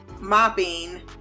mopping